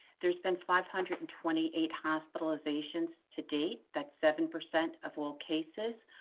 there's been five hundred and twenty eight hospitalizations to date, that's seven percent of all cases,